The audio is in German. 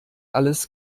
alles